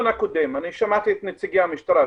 שמעתי את נציגי המשטרה,